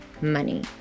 money